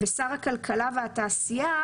ושר הכלכלה והתעשייה,